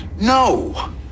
No